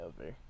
over